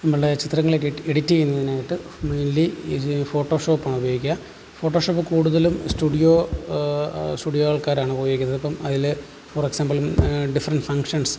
നമ്മളുടെ ചിത്രങ്ങളൊക്കെ എഡിറ്റ് ചെയ്യുന്നതിനായിട്ട് മെയിൻലി ഇത് ഫോട്ടോഷോപ്പാണ് ഉപയോഗിക്കുക ഫോട്ടോഷോപ്പ് കൂടുതലും സ്റ്റുഡിയോ സ്റ്റുഡിയോ ആൾക്കാരാണ് ഉപയോഗിക്കുന്നതിപ്പം അതിൽ ഫോർ എക്സാമ്പിൾ ഡിഫറൻ്റ് ഫംഗ്ഷൻസ്